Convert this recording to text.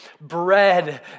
bread